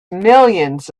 millions